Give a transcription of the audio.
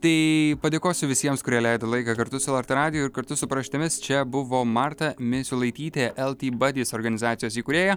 tai padėkosiu visiems kurie leido laiką kartu su lrt radiju ir kartu su paraštėmis čia buvo marta misiulaitytė el ti badis organizacijos įkūrėja